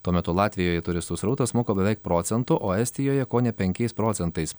tuo metu latvijoje turistų srautas smuko beveik procentu o estijoje kone penkiais procentais